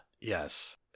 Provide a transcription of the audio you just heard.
Yes